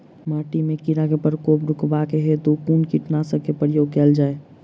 माटि मे कीड़ा केँ प्रकोप रुकबाक हेतु कुन कीटनासक केँ प्रयोग कैल जाय?